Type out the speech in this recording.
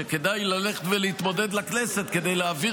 שכדאי ללכת ולהתמודד לכנסת כדי להעביר